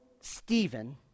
Stephen